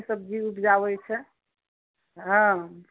सब्जी उपजाबै छै हँ